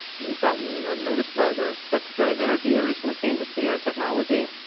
we've gotten noticed by the secretary of energy who recently came to see our technology.